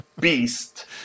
beast